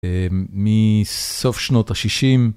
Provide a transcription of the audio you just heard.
מסוף שנות ה-60.